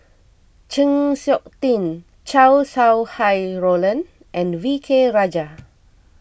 Chng Seok Tin Chow Sau Hai Roland and V K Rajah